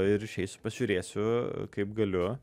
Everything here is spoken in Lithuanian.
ir išeisiu pažiūrėsiu kaip galiu